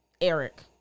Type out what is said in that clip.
Eric